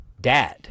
dad